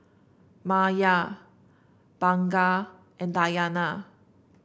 Maya Bunga and Dayana